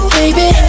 baby